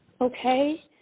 Okay